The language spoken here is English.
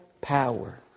power